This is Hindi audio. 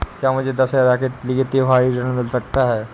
क्या मुझे दशहरा के लिए त्योहारी ऋण मिल सकता है?